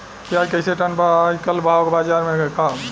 प्याज कइसे टन बा आज कल भाव बाज़ार मे?